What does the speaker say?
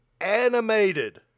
animated